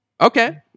Okay